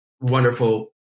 wonderful